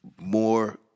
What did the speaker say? more